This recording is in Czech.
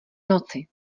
noci